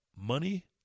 money